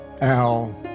Al